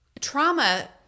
trauma